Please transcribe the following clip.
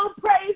Praise